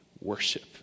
worship